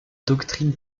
doctrine